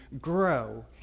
grow